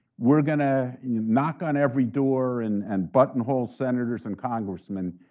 we're going to knock on every door and and buttonhole senators and congressmen,